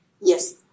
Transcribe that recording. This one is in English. Yes